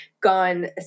gone